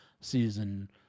season